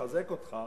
אבל לחזק אותך,